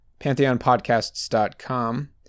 pantheonpodcasts.com